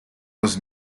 was